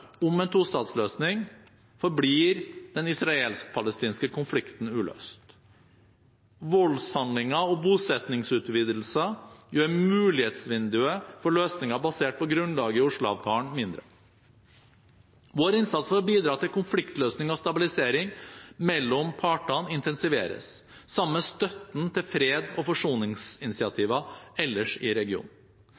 om en tostatsløsning forblir den israelsk–palestinske konflikten uløst. Voldshandlinger og bosettingsutvidelser gjør mulighetsvinduet for løsninger basert på grunnlaget i Oslo-avtalen mindre. Vår innsats for å bidra til konfliktløsning og stabilisering mellom partene intensiveres, sammen med støtten til freds- og